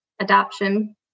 adoption